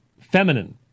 Feminine